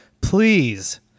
Please